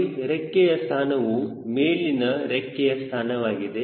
ನೋಡಿ ರೆಕ್ಕೆಯ ಸ್ಥಾನವು ಮೇಲಿನ ರೆಕ್ಕೆಯ ಸ್ಥಾನವಾಗಿದೆ